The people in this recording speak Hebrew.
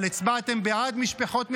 אבל הצבעתם בעד משפחות מחבלים,